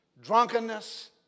drunkenness